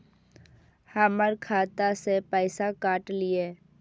हमर खाता से पैसा काट लिए?